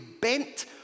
bent